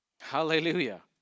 Hallelujah